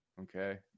Okay